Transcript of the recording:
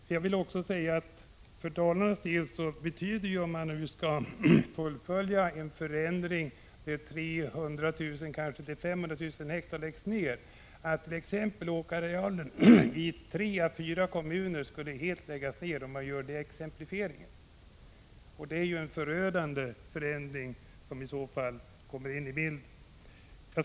Om man skulle fullfölja en förändring som innebär att kanske 300 000-500 000 hektar åkermark läggs ned betyder det för Dalarnas del att 63 Prot. 1985/86:110 åkerarealen i tre fyra kommuner skulle läggas ned. Det är en förödande förändring som i så fall kommer in i bilden.